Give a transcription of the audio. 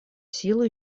силу